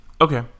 Okay